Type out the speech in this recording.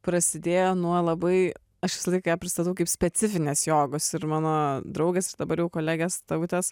prasidėjo nuo labai aš visą laiką pristatau kaip specifinės jogos ir mano draugas jis dabar jau kolegės tautės